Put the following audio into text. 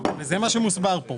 וזה מה שמוסבר כאן,